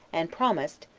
and promised,